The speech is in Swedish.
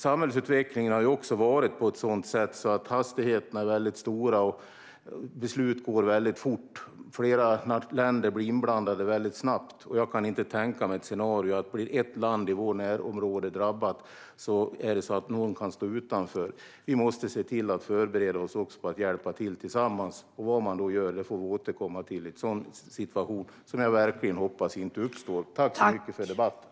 Samhällsutvecklingen har varit sådan att hastigheterna är väldigt höga, och det går fort med besluten. Flera länder blir inblandade väldigt snabbt. Jag kan inte tänka mig ett scenario där någon kan stå utanför om ett land i vårt närområde blir drabbat. Vi måste se till att förbereda oss på att hjälpa till tillsammans. Vad man då gör får vi återkomma till, men det är en situation som jag verkligen hoppas inte ska uppstå. Tack för debatten!